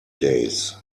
days